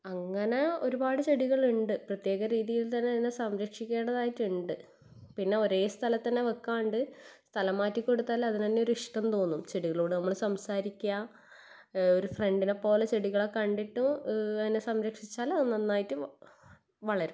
അങ്ങനെ ഒരുപാട് ചെടികളുണ്ട് പ്രത്യേക രീതിയിൽ തന്നെ അതിനെ സംരക്ഷിക്കേണ്ടതായിട്ടുണ്ട് പിന്നെ ഒരേ സ്ഥലത്ത് തന്നെ വയ്ക്കാണ്ട് സ്ഥലം മാറ്റി കൊടുത്താലത് അതിന് തന്നെ ഒരിഷ്ടം തോന്നും ചെടികളോട് നമ്മൾ സംസാരിക്കുക ഒരു ഫ്രണ്ടിനെ പോലെ ചെടികളെ കണ്ടിട്ട് അതിനെ സംരക്ഷിച്ചാൽ അത് നന്നായിട്ട് വളരും